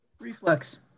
Reflex